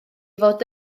fod